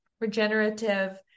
regenerative